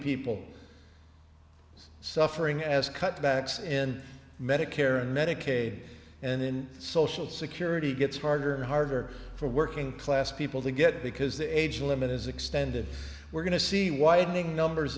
people suffering as cutbacks in medicare and medicaid and in social security gets harder and harder for working class people to get because the age limit is extended we're going to see widening numbers